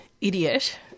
idiot